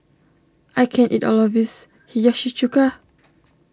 I can't eat all of this Hiyashi Chuka